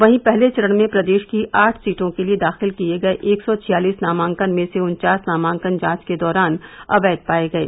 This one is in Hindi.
वहीं पहले चरण में प्रदेश की आठ सीटों के लिये दाखिल किये गये एक सौ छियालिस नामांकन में से उन्चास नामांकन जांच के दौरान अवैघ पाये गये